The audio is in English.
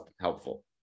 helpful